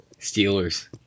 Steelers